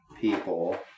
people